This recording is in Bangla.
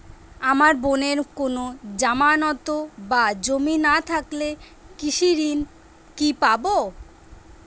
আমার বোনের কোন জামানত বা জমি না থাকলে কৃষি ঋণ কিভাবে পাবে?